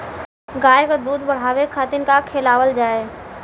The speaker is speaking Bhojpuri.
गाय क दूध बढ़ावे खातिन का खेलावल जाय?